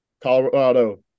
Colorado